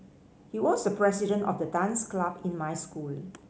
he was the president of the dance club in my school